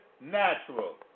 natural